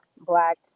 black